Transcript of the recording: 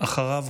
וחצי,